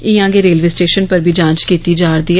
इयां गै railway station पर बी जांच कीती जा'रदी ऐ